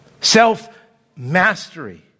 Self-mastery